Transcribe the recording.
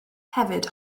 hefyd